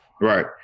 Right